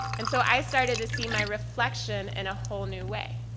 and so i started to see my reflection in a whole new way.